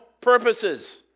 purposes